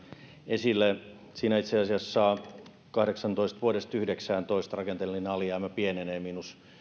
esille itse asiassa vuodesta kahdeksantoista vuoteen yhdeksäntoista rakenteellinen alijäämä pienenee miinus